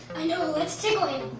i know, let's tickle